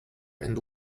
and